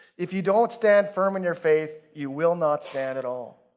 if you don't stand firm in your faith, you will not stand at all.